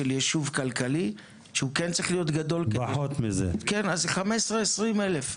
של יישוב כלכלי שכן צריך להיות גדול אז זה 15,000 - 20,000.